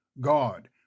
God